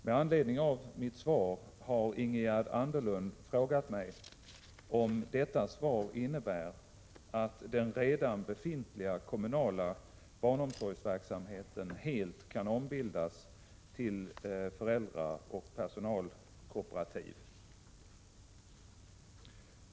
Med anledning av mitt svar har Ingegerd Anderlund frågat mig om detta svar innebär att den redan befintliga kommunala barnomsorgsverksamheten helt kan ombildas till föräldraoch personalkooperativ.